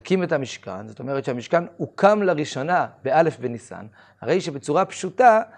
הקים את המשכן, זאת אומרת שהמשכן הוקם לראשונה, באלף בניסן. הרי שבצורה פשוטה,